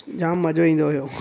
जाम मज़ो ईंदो हुयो